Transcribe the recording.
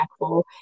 impactful